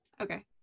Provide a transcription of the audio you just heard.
Okay